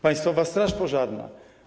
Państwowa Straż Pożarna.